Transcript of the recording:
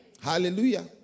Hallelujah